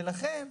לכן,